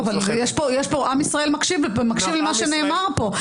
אבל עם ישראל מקשיב ומקשיב למה שנאמר פה.